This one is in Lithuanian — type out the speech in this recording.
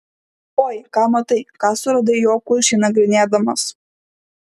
oi ką matai ką suradai jo kulšį nagrinėdamas